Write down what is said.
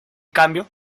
cambio